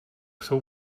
jsou